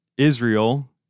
Israel